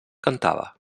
cantava